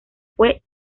fue